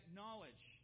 knowledge